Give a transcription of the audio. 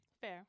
Fair